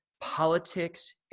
politics